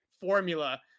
formula